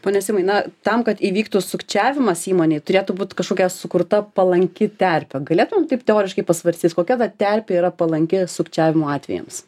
pone simai na tam kad įvyktų sukčiavimas įmonėj turėtų būt kažkokia sukurta palanki terpė galėtumėm taip teoriškai pasvarstyt kokia terpė yra palanki sukčiavimo atvejams